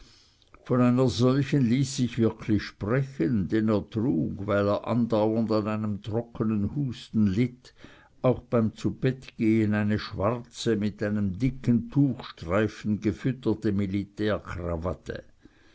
von einer solchen ließ sich wirklich sprechen denn er trug weil er andauernd an einem trockenen husten litt auch beim zubettgehen eine schwarze mit einem dicken tuchstreifen gefütterte